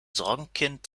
sorgenkind